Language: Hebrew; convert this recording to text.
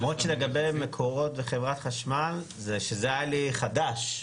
למרות שלגבי מקורות וחברת חשמל שזה היה לי חדש,